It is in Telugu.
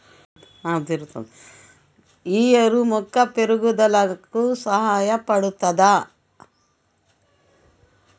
ఈ ఎరువు మొక్క పెరుగుదలకు సహాయపడుతదా?